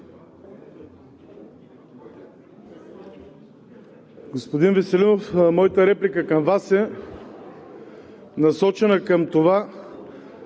Господин Веселинов, моята реплика към Вас е насочена към това,